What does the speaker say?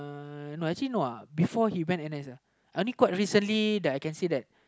uh actually no uh before he went N_S ah only quite recently that I can say that